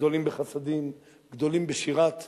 גדולים בחסדים, גדולים בשירת האמונה,